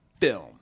film